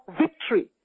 victory